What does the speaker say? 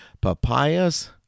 Papayas